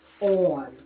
on